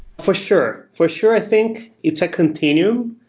for sure. for sure, i think it's a continuum.